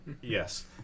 Yes